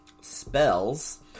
spells